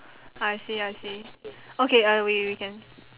I see I see okay uh we we can